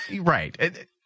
Right